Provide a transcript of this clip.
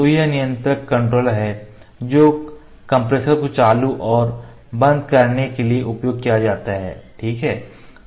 तो यह नियंत्रक है जो कंप्रेसर को चालू और बंद करने के लिए उपयोग किया जाता है ठीक है